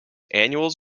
annuals